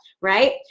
right